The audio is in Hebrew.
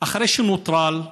אחרי שנוטרל.